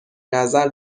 نظر